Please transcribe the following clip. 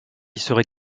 serait